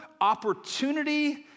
opportunity